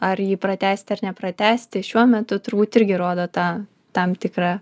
ar jį pratęsti ar nepratęsti šiuo metu turbūt irgi rodo tą tam tikrą